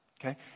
Okay